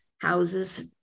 houses